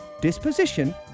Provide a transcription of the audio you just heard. disposition